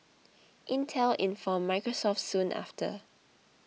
Intel informed Microsoft soon after